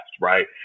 right